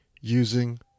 using